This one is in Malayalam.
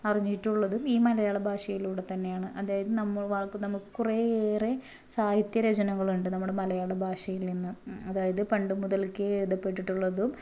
അറിഞ്ഞിട്ടുള്ളതും ഈ മലയാളഭാഷയിലൂടെതന്നെയാണ് അതായത് നമുക്ക് കുറേയേറെ സാഹിത്യ രചനകളുണ്ട് നമ്മുടെ മലയാളം ഭാഷയിൽ നിന്ന് അതായത് പണ്ടുമുതൽക്കേ എഴുതപ്പെട്ടിട്ടുള്ളതും